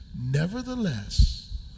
nevertheless